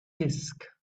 disk